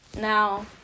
Now